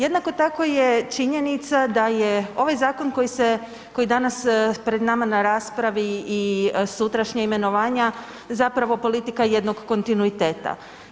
Jednako tako je činjenica da je ovaj zakon koji je danas pred nama u raspravi i sutrašnja imenovanja zapravo politika jednog kontinuiteta.